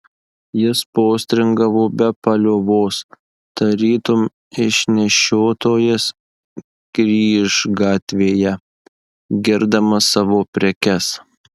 jis postringavo be paliovos tarytum išnešiotojas kryžgatvyje girdamas savo prekes